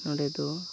ᱱᱚᱰᱮᱫᱚ